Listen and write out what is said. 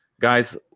guys